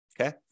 okay